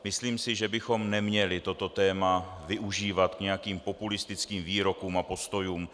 Myslím si, že bychom neměli toto téma využívat k nějakým populistickým výrokům a postojům.